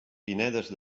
pinedes